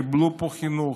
קיבלו פה חינוך,